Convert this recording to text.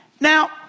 Now